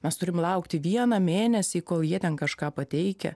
mes turim laukti vieną mėnesį kol jie ten kažką pateikia